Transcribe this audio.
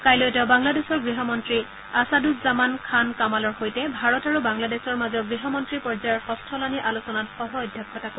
কাইলৈ তেওঁ বাংলাদেশৰ গৃহমন্ত্ৰী আছাদুজ্জামান খান কামালৰ সৈতে ভাৰত আৰু বাংলাদেশৰ মাজৰ গৃহমন্ত্ৰী পৰ্যায়ৰ ষষ্ঠলানি আলোচনাত সহ অধ্যক্ষতা কৰিব